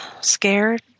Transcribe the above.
scared